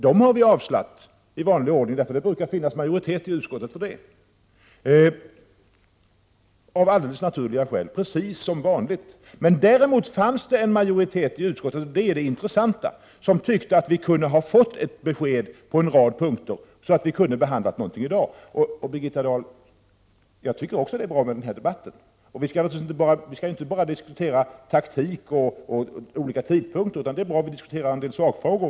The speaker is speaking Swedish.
Vi har avstyrkt dem i vanlig ordning, eftersom det brukar finnas en majoritet i utskottet för det av alldeles naturliga skäl. Men det intressanta är att det fanns en majoritet i utskottet som tyckte att vi borde ha fått besked på en rad punkter för att kunna behandla en del frågor i dag. Birgitta Dahl, jag tycker också att det är bra med den här debatten. Vi skall naturligtvis inte bara diskutera taktik och olika tidpunkter, utan det är bra att vi även tar upp en del sakfrågor.